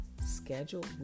schedule